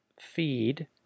feed